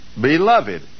Beloved